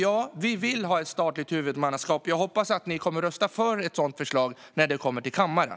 Ja, vi vill ha ett statligt huvudmannaskap. Jag hoppas att ni kommer att rösta för ett sådant förslag när det kommer till kammaren.